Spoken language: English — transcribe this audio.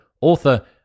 author